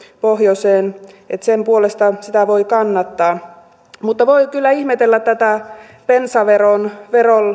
pohjoiseen että sen puolesta sitä voi kannattaa mutta voi kyllä ihmetellä tätä bensaveron